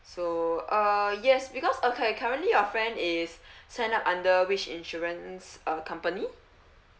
so uh yes because okay currently your friend is sign up under which insurance uh company